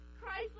Christ